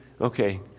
Okay